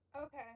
Okay